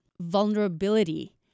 vulnerability